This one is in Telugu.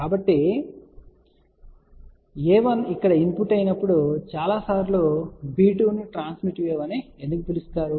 కాబట్టి a1 ఇక్కడ ఇన్పుట్ అయినప్పుడు చాలా సార్లు b2 ను ట్రాన్స్మిట్ వేవ్ అని ఎందుకు పిలుస్తారు